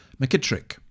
McKittrick